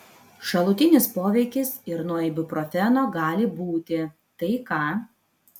šalutinis poveikis ir nuo ibuprofeno gali būti tai ką